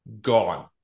Gone